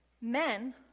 men